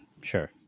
sure